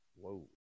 Whoa